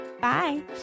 bye